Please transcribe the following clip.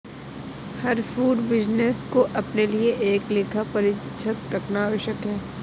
हर food business को अपने लिए एक लेखा परीक्षक रखना आवश्यक है